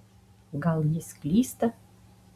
gal jis klysta